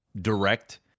direct